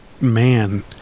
man